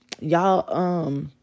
y'all